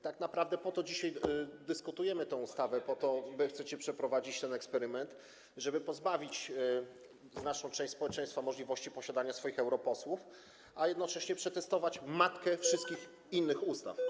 Tak naprawdę po to dzisiaj dyskutujemy nad tą ustawą, po to chcecie przeprowadzić ten eksperyment, żeby pozbawić znaczną część społeczeństwa możliwości posiadania swoich europosłów, a jednocześnie przetestować matkę wszystkich innych ustaw.